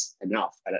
enough